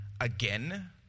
again